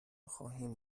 خواهیم